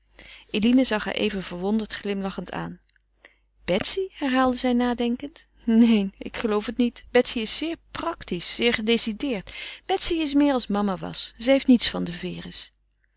eline zag haar even verwonderd glimlachend aan betsy herhaalde zij nadenkend neen ik geloof het niet betsy is zeer practisch zeer gedecideerd betsy is meer als mama was zij heeft niets van de